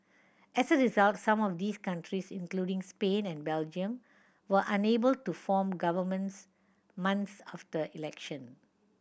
as a result some of these countries including Spain and Belgium were unable to form governments months after elections